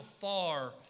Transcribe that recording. far